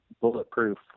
bulletproof